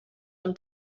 him